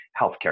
healthcare